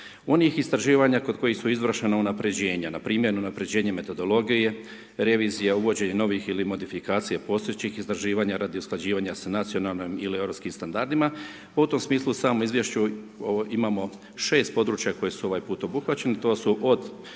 onih istraživanja kod kojih su izvršena unaprjeđenja. Npr. unaprjeđenje metodologije, revizije, uvođenje novih ili modifikacija postojećih istraživanja radi usklađivanja s nacionalnim ili europskim standardima. U tom smislu u samom izvješću imamo 6 područja koja su ovaj put obuhvaćena, to su od